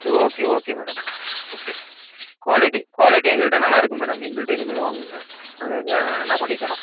சரி okay okay madam okay quality quality எங்கள்கிட்ட நல்லாயிருக்கும் மேடம் எங்கள்கிட்ட இனிமேல் வாங்குங்கள் நாங்கள் க நல்லா பண்ணித்தரோம்